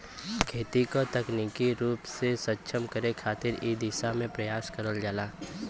खेती क तकनीकी रूप से सक्षम करे खातिर इ दिशा में प्रयास करल जाला